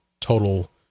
total